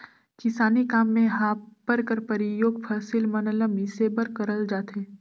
किसानी काम मे हापर कर परियोग फसिल मन ल मिसे बर करल जाथे